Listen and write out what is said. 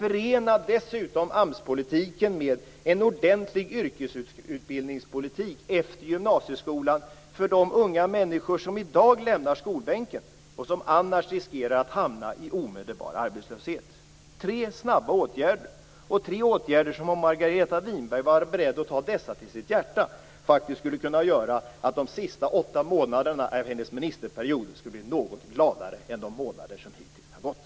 Förena dessutom AMS-politiken med en ordentlig yrkesutbildningspolitik efter gymnasieskolan för de unga människor som i dag lämnar skolbänken och som annars riskerar att hamna i omedelbar arbetslöshet! Det är tre snabba åtgärder och tre åtgärder som, om Margareta Winberg var beredd att ta dessa till sitt hjärta, faktiskt skulle kunna göra att de sista åtta månaderna av hennes ministerperiod blev något gladare än de månader som hittills har gått.